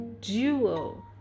duo